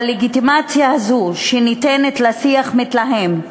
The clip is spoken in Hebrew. הלגיטימציה הזו שניתנת לשיח מתלהם,